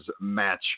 match